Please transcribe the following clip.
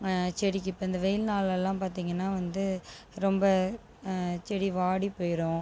செடிக்கு இப்போது இந்த வெயில் நாள்லலாம் பார்த்திங்கன்னா வந்து ரொம்ப செடி வாடி போயிடும்